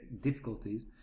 difficulties